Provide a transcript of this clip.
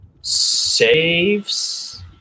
saves